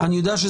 של